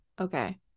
Okay